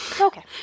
Okay